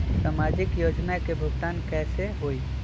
समाजिक योजना के भुगतान कैसे होई?